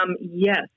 Yes